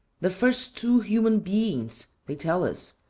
the first two human beings, they tell us,